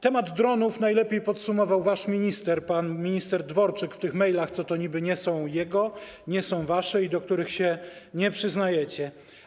Temat dronów najlepiej podsumował wasz minister, pan minister Dworczyk w tych mejlach, które niby nie są jego, nie są wasze i do których się nie przyznajecie.